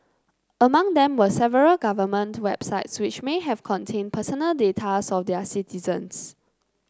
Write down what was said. among them were several government websites which may have contained personal data of their citizens